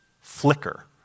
flicker